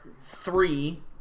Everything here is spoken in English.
three